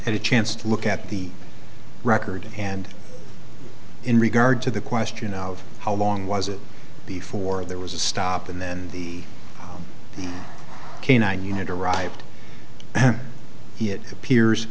had a chance to look at the record and in regard to the question of how long was it before there was a stop and then the canine unit arrived he it appears